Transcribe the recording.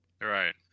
Right